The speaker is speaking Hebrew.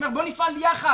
בוא נפעל יחד.